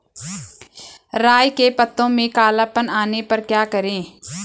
राई के पत्तों में काला पन आने पर क्या करें?